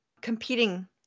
competing